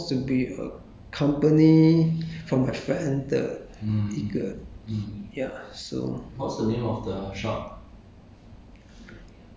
don't know eh I didn't pay for it because it's supposed to be a company for my friend 的一个 yeah so